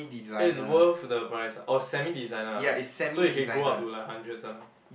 is worth the price ah oh semi designer ah so it can go up to like hundreds one ah